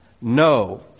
No